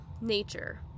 nature